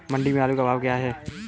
मंडी में आलू का भाव क्या है?